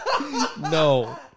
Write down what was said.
No